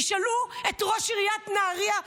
תשאלו את ראש עיריית נהריה,